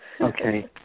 Okay